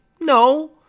No